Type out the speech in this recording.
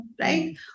right